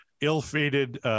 ill-fated